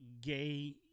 gay